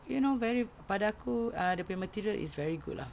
you know very pada aku ah dia punya material is very good lah